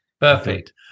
Perfect